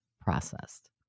processed